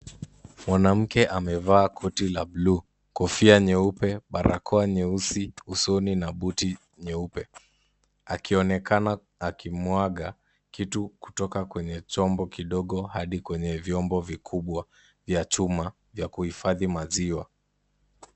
Mwanamke amevaa koti la buluu, kofia nyeupe, barakoa nyeusi usoni na buti nyeupe akionekana akimwaga kitu kutoka kwenye chombo kidogo hadi kwenye vyombo vikubwa vya chuma vya kuhifadhi maziwa.